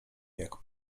jak